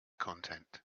content